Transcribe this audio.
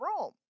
Rome